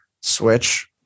switch